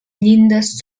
llindes